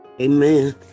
amen